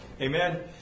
Amen